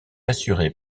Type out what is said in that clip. assuré